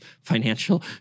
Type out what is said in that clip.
financial